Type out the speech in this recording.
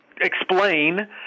explain